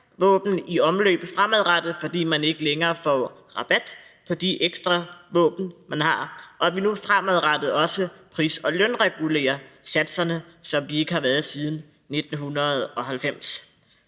våben i omløb fremadrettet, fordi man ikke længere får rabat på de ekstra våben, man har, og at vi nu også fremadrettet pris- og lønregulerer satserne, som de ikke har været siden 1990.